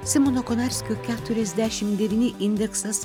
simono konarskio keturiasdešim devyni indeksas